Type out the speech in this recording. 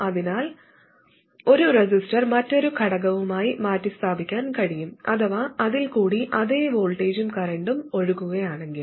അതിനാൽ ഒരു റെസിസ്റ്റർ മറ്റൊരു ഘാടകവുമായി മാറ്റിസ്ഥാപിക്കാൻ കഴിയും അഥവാ അതിൽ കൂടി അതേ വോൾട്ടേജും കറന്റും ഒഴുകുകയാണെങ്കിൽ